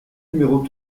numéro